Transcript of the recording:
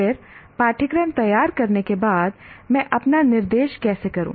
फिर पाठ्यक्रम तैयार करने के बाद मैं अपना निर्देश कैसे करूं